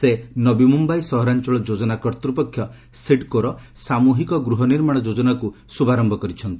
ସେ ନବି ମୁମ୍ବାଇ ସହରାଞ୍ଚଳ ଯୋଜନା କର୍ତ୍ତୃପକ୍ଷ ସିଡ୍କୋର ସାମୁହିକ ଗୃହ ନିର୍ମାଣ ଯୋଜନାକୁ ଶୁଭାରମ୍ଭ କରିଛନ୍ତି